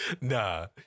Nah